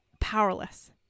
powerless